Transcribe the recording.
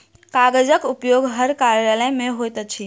कागजक उपयोग हर कार्यालय मे होइत अछि